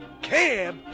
Cab